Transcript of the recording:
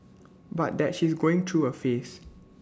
but that she's going through A phase